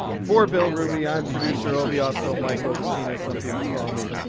for bill ruby, i'm producer obie. also, mike obucina, as some people call me.